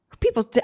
People